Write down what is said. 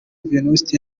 venuste